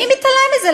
מי מתעלם מזה?